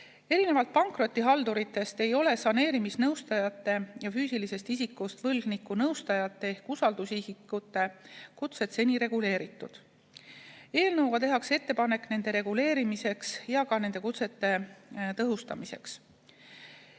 Erinevalt pankrotihalduritest ei ole saneerimisnõustajate ja füüsilisest isikust võlgniku nõustajate ehk usaldusisikute kutset seni reguleeritud. Eelnõuga tehakse ettepanek nende reguleerimiseks ja ka nende kutsete tõhustamiseks.